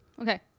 Okay